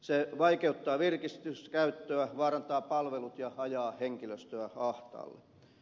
se vaikeuttaa virkistyskäyttöä vaarantaa palvelut ja ajaa henkilöstöä ahtaalle